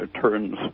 turns